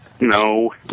No